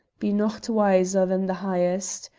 be nocht wiser than the hiest.